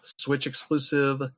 Switch-exclusive